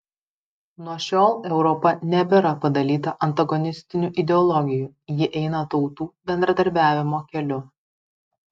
nuo šiol europa nebėra padalyta antagonistinių ideologijų ji eina tautų bendradarbiavimo keliu